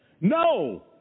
No